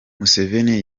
museveni